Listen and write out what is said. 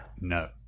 No